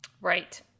Right